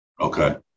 Okay